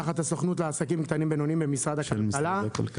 תחת הסוכנות לעסקים קטנים ובינוניים במשרד הכלכלה.